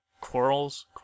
quarrels